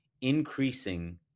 increasing